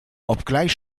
obgleich